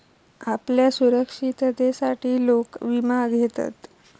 आपल्या सुरक्षिततेसाठी लोक विमा घेतत